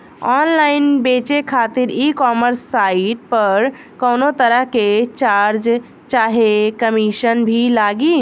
Online बेचे खातिर e-commerce site पर कौनोतरह के चार्ज चाहे कमीशन भी लागी?